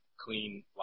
clean